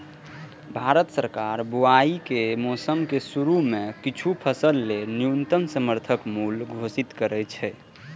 भारत सरकार बुआइ के मौसम के शुरू मे किछु फसल लेल न्यूनतम समर्थन मूल्य घोषित करै छै